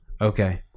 Okay